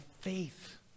faith